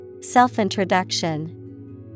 Self-introduction